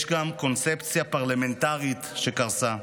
יש גם קונספציה פרלמנטרית שקרסה.